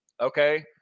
Okay